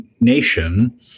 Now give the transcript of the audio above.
nation